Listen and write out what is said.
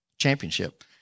Championship